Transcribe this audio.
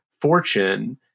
fortune